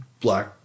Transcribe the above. black